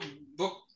book